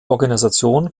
organisation